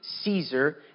Caesar